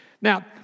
Now